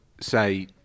say